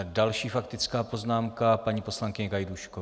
Další faktická poznámka paní poslankyně Gajdůšková.